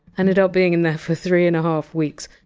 ended up being in there for three and a half weeks,